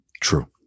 true